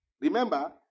Remember